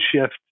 shift